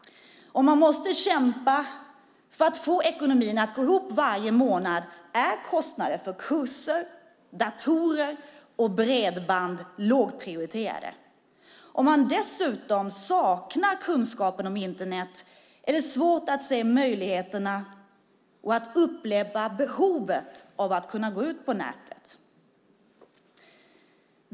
Om man måste kämpa för att få ekonomin att gå ihop varje månad är kostnader för kurser, datorer och bredband lågprioriterade. Om man dessutom saknar kunskapen om Internet är det svårt att se möjligheterna och att uppleva behovet av att kunna gå ut på nätet.